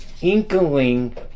inkling